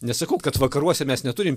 nesakau kad vakaruose mes neturim